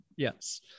Yes